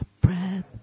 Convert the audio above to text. breath